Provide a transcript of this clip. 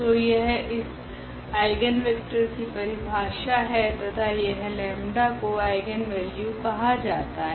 तो यह इस आइगनवेक्टर की परिभाषा है तथा यह लेम्डा 𝜆 को आइगनवेल्यू कहा जाता है